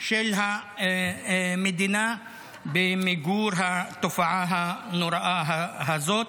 של המדינה במיגור התופעה הנוראה הזאת.